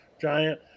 giant